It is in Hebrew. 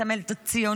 מסמל את הציונות,